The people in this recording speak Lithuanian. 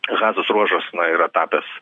hazos ruožas na yra tapęs